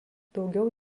daugiau